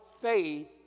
faith